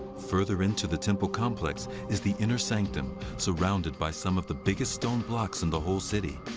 further into the temple complex is the inner sanctum surrounded by some of the biggest stone blocks in the whole city.